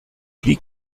wie